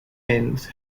has